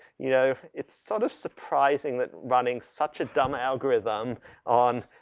you know, it's sort of surprising that running such a dumb algorithm on